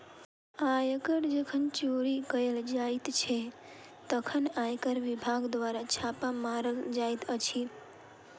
आयकर जखन चोरी कयल जाइत छै, तखन आयकर विभाग द्वारा छापा मारल जाइत अछि